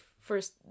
first